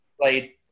Played